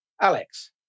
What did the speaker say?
Alex